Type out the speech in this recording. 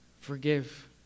forgive